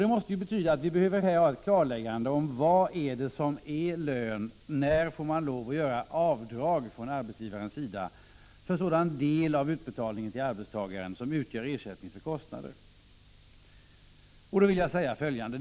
Det måste betyda att vi behöver ett klarläggande om vad det är som är lön och, när man får göra avdrag från arbetsgivarens sida för sådan del av utbetalning till arbetstagaren som utgör ersättning för kostnader. Då vill jag säga följande.